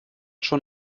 schon